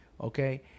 Okay